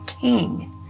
king